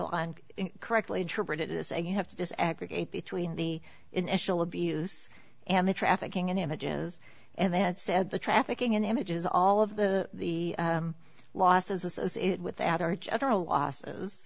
on correctly interpret it is a you have to just aggregate between the initial abuse and the trafficking in images and then it said the trafficking in images all of the losses associated with add our general losses